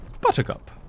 Buttercup